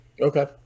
Okay